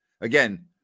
Again